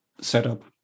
setup